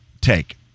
take